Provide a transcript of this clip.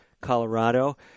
Colorado